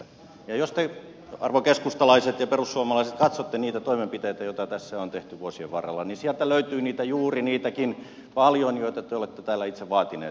ja jos te arvon keskustalaiset ja perussuomalaiset katsotte niitä toimenpiteitä joita tässä on tehty vuosien varrella niin sieltä löytyy paljon juuri niitäkin joita te olette täällä itse vaatineet